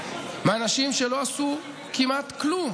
מהאנשים שלא עשו כמעט כלום